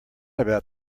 about